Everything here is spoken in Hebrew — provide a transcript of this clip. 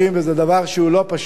וזה דבר שהוא לא פשוט,